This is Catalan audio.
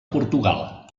portugal